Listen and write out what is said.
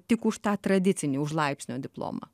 tik už tą tradicinį už laipsnio diplomą